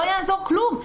לא יעזור כלום,